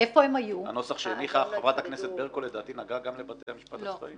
לדעתי הנוסח שהניחה חברת הכנסת ברקו נגע גם לבתי המשפט הצבאיים.